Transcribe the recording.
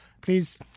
please